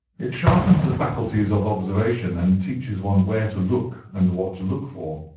it sharpens the faculties of observation, and teaches one where to look and what to look for.